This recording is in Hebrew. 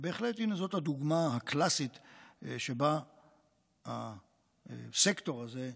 בהחלט זאת הדוגמה הקלאסית שבה הסקטור הזה,